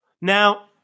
Now